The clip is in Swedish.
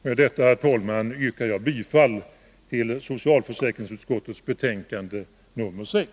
Med detta, herr talman, yrkar jag bifall till utskottets hemställan i socialförsäkringsutskottets betänkande nr 6.